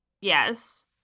Yes